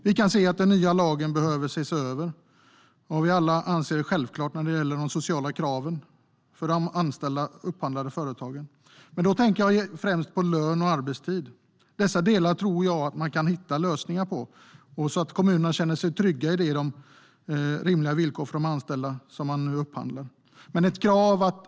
Vi kan se att den nya lagen behöver ses över. Det gäller självklart de sociala kraven. Jag tänker främst på lön och arbetstid för de anställda i de upphandlade företagen. Jag tror att man kan hitta lösningar för de delarna så att kommunerna kan känna sig trygga med att de anställda i de upphandlade företagen har rimliga villkor.